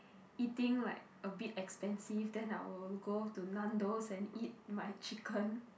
eating like a bit expensive then I will go to Nando's and eat my chicken